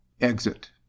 Exit